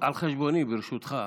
על חשבוני, ברשותך.